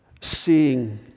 seeing